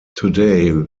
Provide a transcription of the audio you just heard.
today